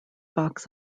box